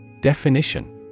Definition